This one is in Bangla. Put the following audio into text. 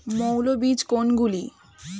মৌল বীজ কোনগুলি?